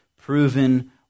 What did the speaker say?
proven